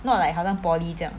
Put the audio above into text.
not like 好像 poly 这样